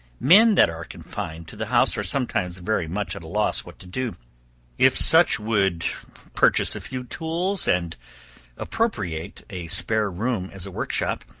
men that are confined to the house are sometimes very much at a loss what to do if such would purchase a few tools, and appropriate a spare room as a workshop,